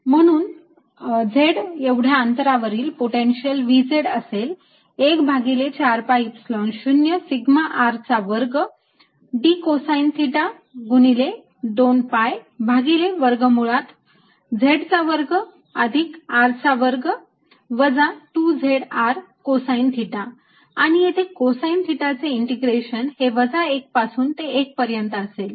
आणि म्हणून z एवढ्या अंतरावरील पोटेन्शियल V असेल 1 भागिले 4 pi Epsilon 0 सिग्मा R चा वर्ग d कोसाईन थिटा गुणिले 2 pi भागिले वर्गमुळात z चा वर्ग अधिक R चा वर्ग वजा 2 z R कोसाईन थिटा आणि येथे कोसाईन थिटा चे इंटिग्रेशन हे वजा 1 पासून ते 1 पर्यंत असेल